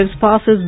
passes